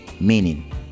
Meaning